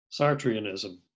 Sartreanism